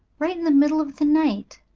right in the middle of the night.